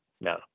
no